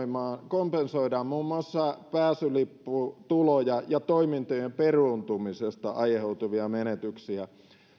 kompensoidaan muun muassa pääsylipputuloja ja toimintojen peruuntumisesta aiheutuvia menetyksiä